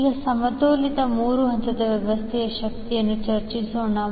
ಈಗ ಸಮತೋಲನ ಮೂರು ಹಂತದ ವ್ಯವಸ್ಥೆಯಲ್ಲಿನ ಶಕ್ತಿಯನ್ನು ಚರ್ಚಿಸೋಣ